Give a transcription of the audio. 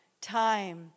time